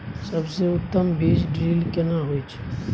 सबसे उत्तम बीज ड्रिल केना होए छै?